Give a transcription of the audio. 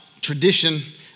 tradition